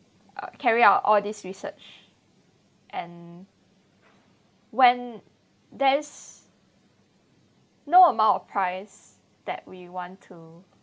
carry out all this research and when there is no amount of price that we want to